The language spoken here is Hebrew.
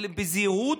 בזהירות,